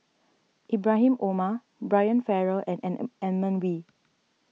Ibrahim Omar Brian Farrell and Edmund Wee